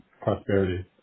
prosperity